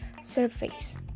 surface